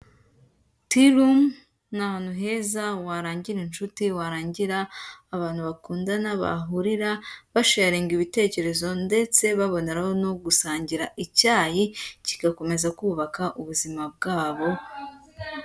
Tea Room ni ahantu heza warangira inshuti, warangira abantu bakundana, bahurira basheyaringa ibitekerezo ndetse baboneraho no gusangira icyayi, kigakomeza kubaka ubuzima bwabo.